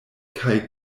kaj